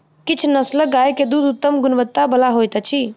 किछ नस्लक गाय के दूध उत्तम गुणवत्ता बला होइत अछि